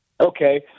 Okay